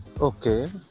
Okay